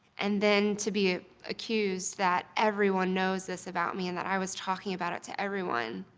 and then to be accused that everyone knows this about me, and that i was talking about it to everyone.